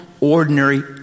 ordinary